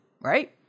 right